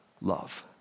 love